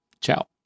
Ciao